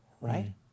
right